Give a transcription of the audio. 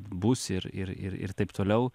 bus ir ir ir ir taip toliau